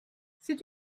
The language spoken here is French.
c’est